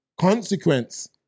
consequence